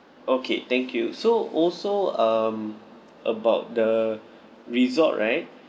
okay thank you so also um about the resort right